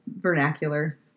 vernacular